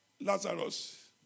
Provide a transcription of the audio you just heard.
Lazarus